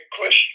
question